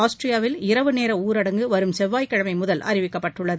ஆஸ்திரியாவில் இரவு நேர ஊரடங்கு வரும் செவ்வாய் கிழமை முதல் அறிவிக்கப்பட்டுள்ளது